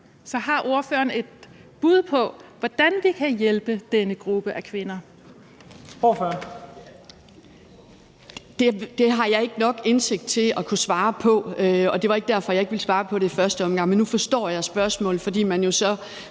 Lahn Jensen): Ordføreren. Kl. 17:21 Mona Juul (KF): Det har jeg ikke nok indsigt i til at kunne svare på, og det var ikke derfor, jeg ikke ville svare på det i første omgang. Men nu forstår jeg spørgsmålet, for det handler jo så